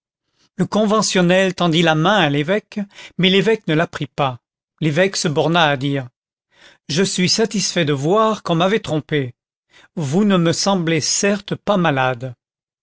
le conventionnel tendit la main à l'évêque mais l'évêque ne la prit pas l'évêque se borna à dire je suis satisfait de voir qu'on m'avait trompé vous ne me semblez certes pas malade